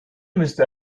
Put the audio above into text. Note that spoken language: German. müsste